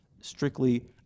strictly